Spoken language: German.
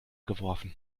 geworfen